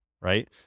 right